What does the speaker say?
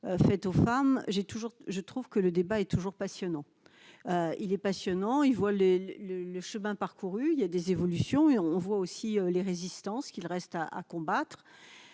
j'ai toujours, je trouve que le débat est toujours passionnant, il est passionnant, il voit les le, le, le chemin parcouru, il y a des évolutions et on voit aussi les résistances qu'il reste à à combattre,